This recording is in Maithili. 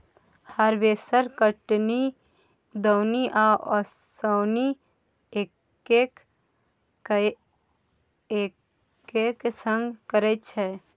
हारबेस्टर कटनी, दौनी आ ओसौनी एक्के संग करय छै